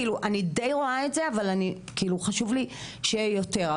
אני די רואה את זה אבל חשוב לי שיהיה יותר.